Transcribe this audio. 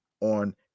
on